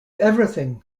everything